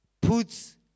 puts